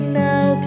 now